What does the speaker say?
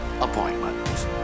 appointment